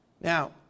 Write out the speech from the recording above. Now